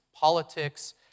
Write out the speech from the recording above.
Politics